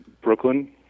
Brooklyn